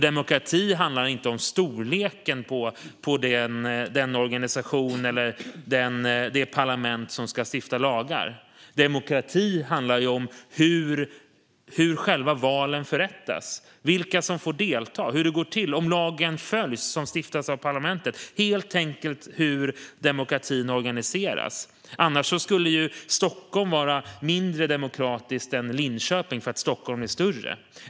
Demokrati handlar inte om storleken på den organisation eller det parlament som ska stifta lagar. Demokrati handlar om hur själva valen förrättas, vilka som får delta, hur det går till, om lagen som stiftats av parlamentet följs - helt enkelt hur demokratin organiseras. Annars skulle Stockholm vara mindre demokratiskt än Linköping eftersom Stockholm är större.